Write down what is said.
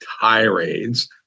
tirades